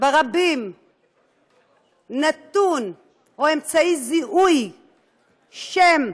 ברבים נתון או אמצעי זיהוי, שם,